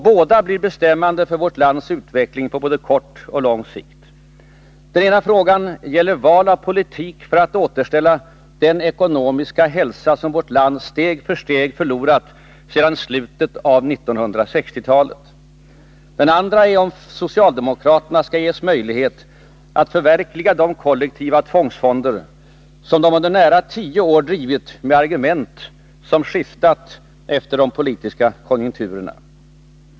Båda blir bestämmande för vårt lands utveckling på både kort och lång sikt. Den ena frågan gäller val av politik för att återställa den ekonomiska hälsa som vårt land steg för steg förlorat sedan slutet av 1960-talet. Den andra är om socialdemokraterna skall ges möjlighet att förverkliga de kollektiva tvångsfonder som de under nära tio år verkat för med argument som skiftat efter de politiska konjunkturerna.